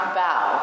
bow